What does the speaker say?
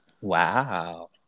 Wow